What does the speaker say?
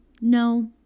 no